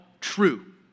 true